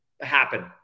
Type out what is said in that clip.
happen